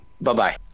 Bye-bye